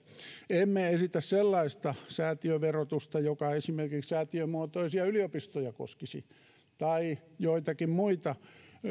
emme esitä sellaista säätiöverotusta joka esimerkiksi säätiömuotoisia yliopistoja koskisi tai joitakin muita